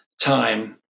time